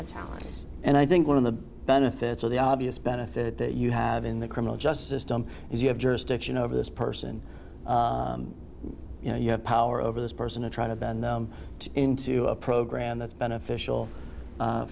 a challenge and i think one of the benefits of the obvious benefit that you have in the criminal justice system is you have jurisdiction over this person you know you have power over this person to try to bend them into a program that's beneficial